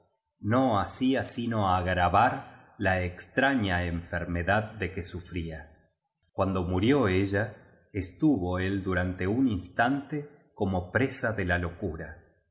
no hacía sino agravar la extraña enfermedad de que sufría cuando murió ella estuvo él durante un instante como presa de la locura en